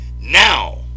Now